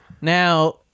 Now